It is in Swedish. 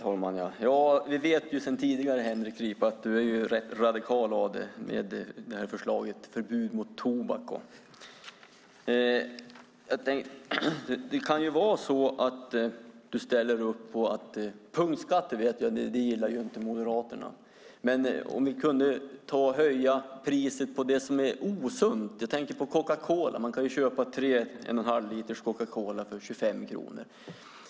Herr talman! Vi vet sedan tidigare att Henrik Ripa är rätt radikal av sig, med förslaget om förbud mot tobak. Moderaterna gillar inte punktskatter, vet jag, men det kan vara så att du ställer upp på att vi kunde ta och höja priset på det som är osunt. Jag tänker på Coca-Cola. Man kan köpa tre en och en halv liters Coca-Cola för 25 kronor.